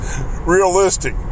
realistic